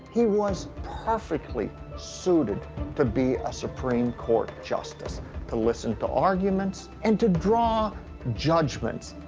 he was perfectly suited to be a supreme court justice to listen to arguments and to draw judgments.